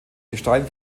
gestein